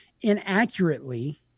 inaccurately